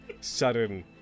sudden